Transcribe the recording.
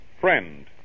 Friend